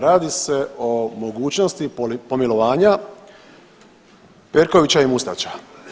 Radi se o mogućnosti pomilovanja Perkovića i Mustača.